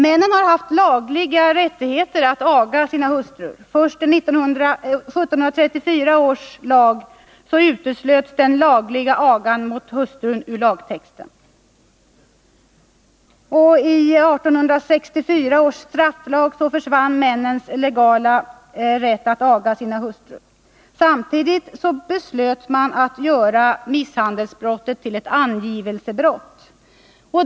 Männen har haft lagliga rättigheter att aga sina hustrur. Först i 1734 års lag uteslöts den ”lagliga agan mot hustrun” ur lagtexten. I 1864 års strafflag försvann männens legala rätt att aga sina hustrur. Samtidigt beslöt man att göra misshandelsbrottet till ett angivelsebrott.